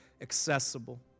accessible